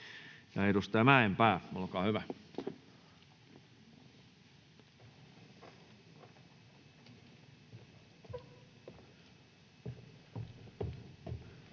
— Edustaja Mäenpää, olkaa hyvä.